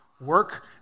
work